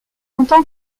entend